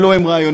אלו הם רעיונות